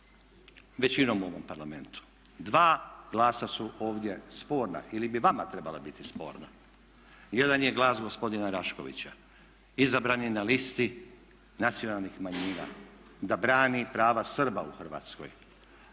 većinom u ovom Parlamentu. Dva glasa su ovdje sporna ili bi vama trebala biti sporna. Jedan je glas gospodina Raškovića, izabran je na listi Nacionalnih manjina da brani prava Srba u Hrvatskoj